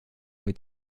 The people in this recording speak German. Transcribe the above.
mit